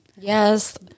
Yes